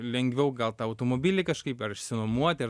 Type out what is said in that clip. lengviau gal tą automobilį kažkaip ar išsinuomoti ar